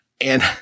and-